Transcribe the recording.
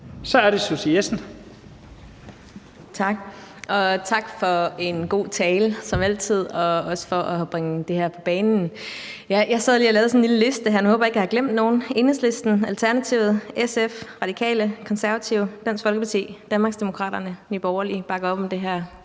11:36 Susie Jessen (DD): Tak. Og tak for en god tale, som altid, og også for at bringe det her på banen. Jeg sad lige og lavede sådan en lille liste her, og nu håber jeg ikke, at jeg har glemt nogen: Enhedslisten, Alternativet, SF, Radikale, Konservative, Dansk Folkeparti, Danmarksdemokraterne og Nye Borgerlige bakker op om det her